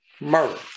murder